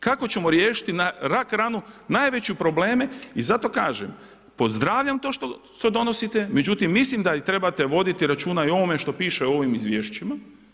Kako ćemo riješiti rak-ranu, najveće probleme i zato kažem, pozdravljam to što donosite, međutim, mislim da treba te voditi računa i o ovome što piše u ovim izvješćima.